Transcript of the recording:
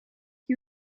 you